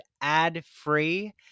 ad-free